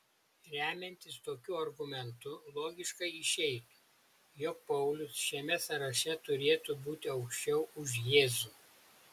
remiantis tokiu argumentu logiškai išeitų jog paulius šiame sąraše turėtų būti aukščiau už jėzų